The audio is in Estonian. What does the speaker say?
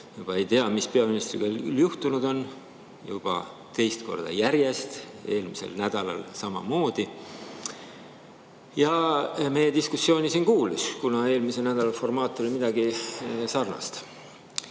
küll ei tea, mis peaministriga juhtunud on – juba teist korda järjest, eelmisel nädalal samamoodi, ja kes meie diskussiooni siin kuulis. Eelmise nädala formaat oli midagi sarnast.